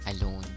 alone